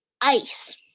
ice